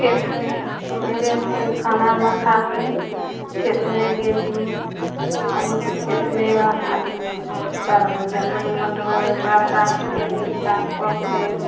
खेतमे सबेरे से खाना उना खाके खेतमे गेली आलूके खेतमे आ आलू ओकर जे जंगल उंगल रहै हइ ओकरा साफ केली साफ कऽ के